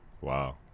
Wow